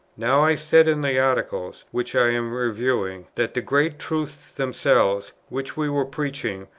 now i said in the article, which i am reviewing, that the great truths themselves, which we were preaching,